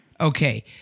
Okay